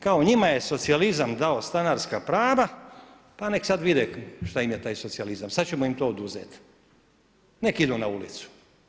Kao njima je socijalizam dao stanarska prava, pa nek' sad vide šta im je taj socijalizam, sad ćemo im to oduzeti, nek' idu na ulicu.